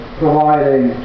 providing